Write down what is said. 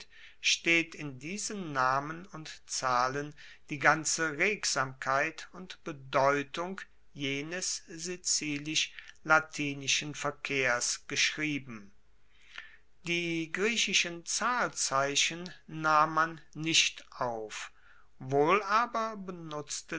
steht in diesen namen und zahlen die ganze regsamkeit und bedeutung jenes sizilisch latinischen verkehrs geschrieben die griechischen zahlzeichen nahm man nicht auf wohl aber benutzte